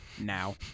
now